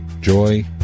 joy